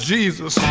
Jesus